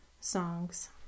songs